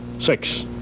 six